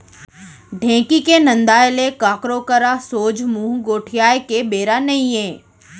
ढेंकी के नंदाय ले काकरो करा सोझ मुंह गोठियाय के बेरा नइये